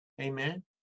Amen